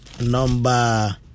number